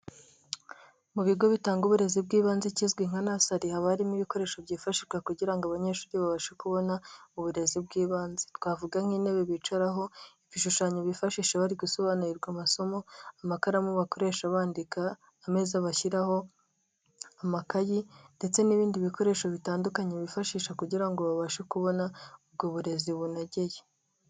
Mu bigo bitanga uburezi bw'ibanze bizwi nka nasari, habamo ibikoresho byifashishwa kugira ngo abanyeshuri babashe kubona uburezi bw'ibanze. Twavuga: nk'intebe bicaraho, ibishushanyo bifashisha bari gusobanurirwa amasomo, amakaramu bakoresha bandika, ameza bashyiraho amakayi ndetse n'ibindi bikoresho bitandukanye bifashisha kugira ngo babashe kubona ubwo burezi bunogeye.